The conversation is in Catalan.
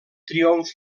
triomf